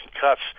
cuts